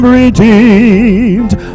redeemed